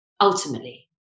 ultimately